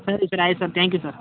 ಸರಿ ಸರ್ ಆಯ್ತು sir thank you sir